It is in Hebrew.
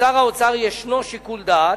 לשר האוצר יש שיקול דעת,